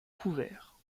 couvert